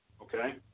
Okay